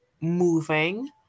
moving